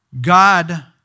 God